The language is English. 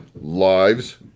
Lives